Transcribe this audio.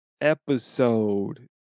episode